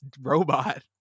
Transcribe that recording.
robot